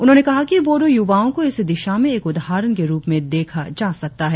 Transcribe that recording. उन्होंने कहा कि बोड़ो युवाओं को इस दिशा में एक उदाहरण के रुप में देखा जा सकता है